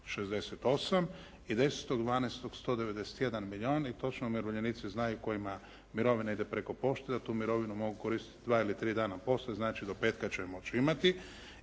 68 i 10.12. 191 milijun i točno umirovljenici znaju kojima mirovina ide preko pošte da tu mirovinu mogu koristiti dva ili tri dana poslije. Znači, do petka će je moći imati